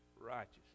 righteous